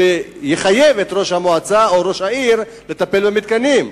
שתחייב את ראש המועצה או ראש העיר לטפל במתקנים.